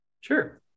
Sure